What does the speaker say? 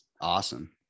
awesome